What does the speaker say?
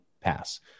pass